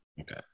Okay